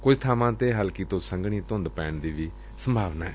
ਕੁਝ ਬਾਵਾਂ ਤੇ ਹਲਕੀ ਤੋਂ ਸੰਘਣੀ ਧੁੰਦ ਪੈਣ ਦੀ ਵੀ ਸੰਭਾਵਨਾ ਏ